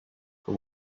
for